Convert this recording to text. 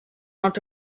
not